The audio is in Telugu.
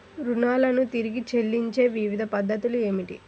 రుణాలను తిరిగి చెల్లించే వివిధ పద్ధతులు ఏమిటి?